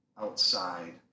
outside